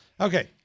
Okay